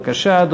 בבקשה,